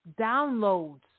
downloads